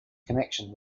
connection